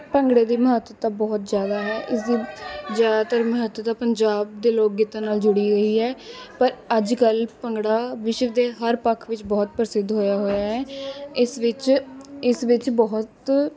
ਭੰਗੜੇ ਦੀ ਮਹੱਤਤਾ ਬਹੁਤ ਜ਼ਿਆਦਾ ਹੈ ਇਸ ਦੀ ਜ਼ਿਆਦਾਤਰ ਮਹੱਤਤਾ ਪੰਜਾਬ ਦੇ ਲੋਕ ਗੀਤਾਂ ਨਾਲ ਜੁੜੀ ਹੋਈ ਹੈ ਪਰ ਅੱਜ ਕੱਲ੍ਹ ਭੰਗੜਾ ਵਿਸ਼ਵ ਦੇ ਹਰ ਪੱਖ ਵਿੱਚ ਵਿੱਚ ਬਹੁਤ ਪ੍ਰਸਿੱਧ ਹੋਇਆ ਹੋਇਆ ਹੈ ਇਸ ਵਿੱਚ ਇਸ ਵਿੱਚ ਬਹੁਤ